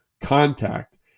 contact